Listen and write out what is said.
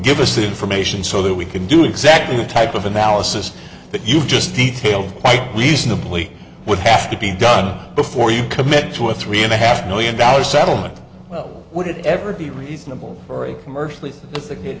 get this information so that we can do exactly the type of analysis that you just detail quite reasonably would have to be done before you commit to a three and a half million dollar settlement well would it ever be reasonable for a commercially sophisticated